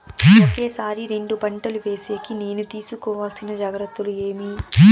ఒకే సారి రెండు పంటలు వేసేకి నేను తీసుకోవాల్సిన జాగ్రత్తలు ఏమి?